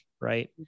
Right